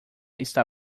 está